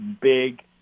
big